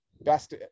best